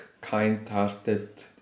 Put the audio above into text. kind-hearted